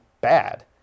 bad